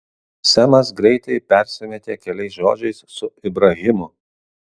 semas greitai persimetė keliais žodžiais su ibrahimu